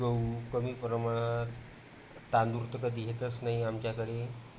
गहू कमी प्रमाणात तांदूळ तर कधी येतच नाही आमच्याकडे